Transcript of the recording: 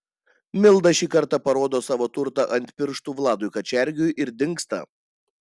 milda šį kartą parodo savo turtą ant pirštų vladui kačergiui ir dingsta